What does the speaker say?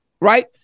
right